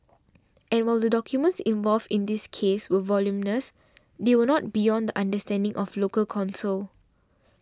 and while the documents involved in this case were voluminous they were not beyond the understanding of local counsel